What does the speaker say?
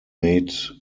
made